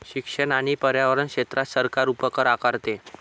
शिक्षण आणि पर्यावरण क्षेत्रात सरकार उपकर आकारते